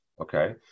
Okay